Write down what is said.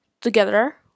together